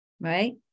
right